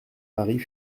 paris